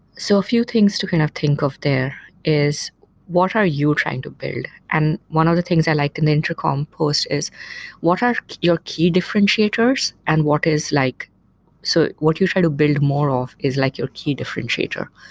so a few things to kind of think of there is what are you trying to build? and one of the things i like in the intercom post is what are your key differentiators and what is like so what you're trying to build more of is like your key differentiator.